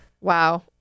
Wow